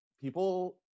people